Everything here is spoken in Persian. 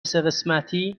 سهقسمتی